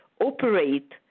operate